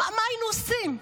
מה היינו עושים?